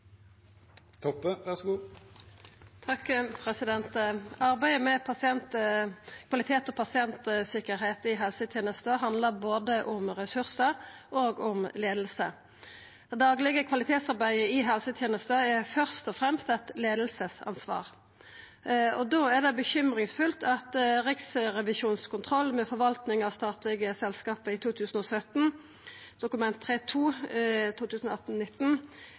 Arbeidet med kvalitet og pasientsikkerheit i helsetenesta handlar både om ressursar og om leiing. Det daglege kvalitetsarbeidet i helsetenesta er først og fremst eit leiaransvar, og då er det bekymringsfullt at Riksrevisjonens kontroll med forvalting av statlege selskap i 2017,